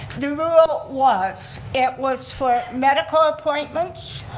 the rule was it was for medical appointments,